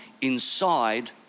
inside